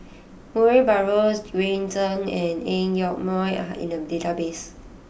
Murray Buttrose Green Zeng and Ang Yoke Mooi are in the database